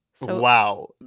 Wow